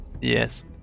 Yes